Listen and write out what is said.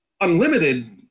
unlimited